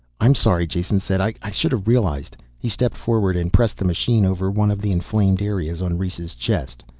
i'm sorry, jason said. i should have realized. he stepped forward and pressed the machine over one of the inflamed areas on rhes' chest.